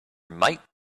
might